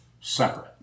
separate